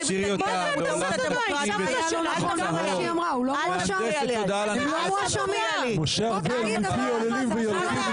מה זה הדבר הזה?